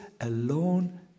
alone